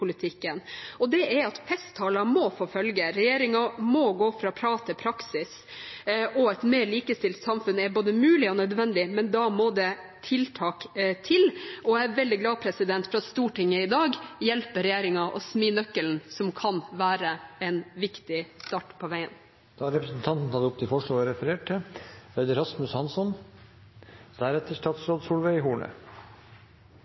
likestillingspolitikken, og det er at festtaler må få følger. Regjeringen må gå fra prat til praksis. Et mer likestilt samfunn er både mulig og nødvendig, men da må det tiltak til. Jeg er veldig glad for at Stortinget i dag hjelper regjeringen med å smi nøkkelen som kan være en viktig start på veien. Representanten Kirsti Bergstø har tatt opp de forslagene hun refererte til.